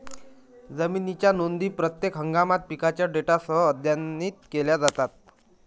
जमिनीच्या नोंदी प्रत्येक हंगामात पिकांच्या डेटासह अद्यतनित केल्या जातात